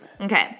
Okay